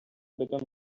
become